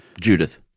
Judith